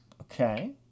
Okay